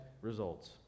results